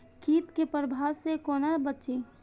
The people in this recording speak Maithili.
कीट के प्रभाव से कोना बचीं?